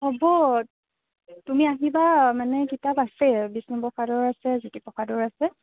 হ'ব তুমি আহিবা মানে কিতাপ আছে বিষ্ণুপ্ৰসাদৰ আছে জ্যোতিপ্ৰসাদৰ আছে